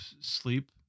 sleep